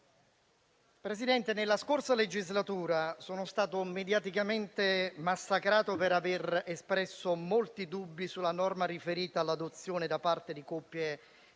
Presidente, nella scorsa legislatura sono stato mediaticamente massacrato per aver espresso molti dubbi sulla norma riferita all'adozione da parte di coppie dello